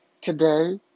Today